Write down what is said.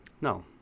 No